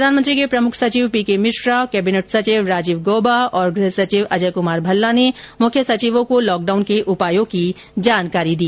प्रधानमंत्री के प्रमुख सचिव पीके मिश्रा कैबिनेट सचिव राजीव गौबा और गृह सचिव अजय कुमार भल्ला ने मुख्य सचिवों को लॉकडाउन के उपायों की जानकारी दी